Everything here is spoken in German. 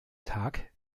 tag